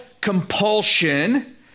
compulsion